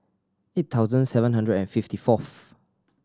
eight thousand seven hundred and fifty fourth